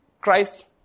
Christ